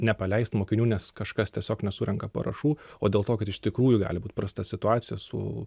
nepaleist mokinių nes kažkas tiesiog nesurenka parašų o dėl to kad iš tikrųjų gali būt prasta situacija su